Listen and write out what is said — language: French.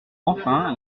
enfin